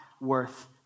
worth